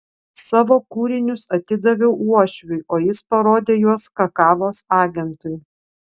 savo kūrinius atidaviau uošviui o jis parodė juos kakavos agentui